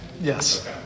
yes